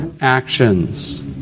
actions